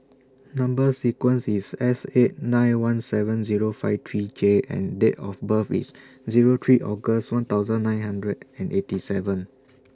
Number sequence IS S eight nine one seven Zero five three J and Date of birth IS Zero three August one thousand nine hundred and eighty seven